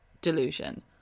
delusion